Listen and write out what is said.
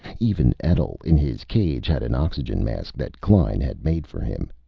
even etl, in his cage, had an oxygen mask that klein had made for him.